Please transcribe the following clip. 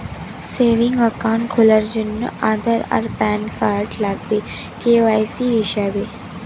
savings account খোলার জন্যে আধার আর প্যান কার্ড লাগবে কে.ওয়াই.সি হিসেবে